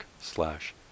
slash